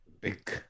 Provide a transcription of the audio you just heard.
Big